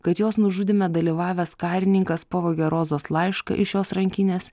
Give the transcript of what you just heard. kad jos nužudyme dalyvavęs karininkas pavogė rozos laišką iš jos rankinės